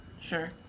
Sure